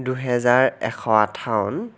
দুহেজাৰ এশ আঠাৱন